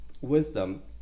wisdom